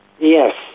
Yes